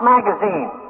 Magazine